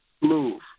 move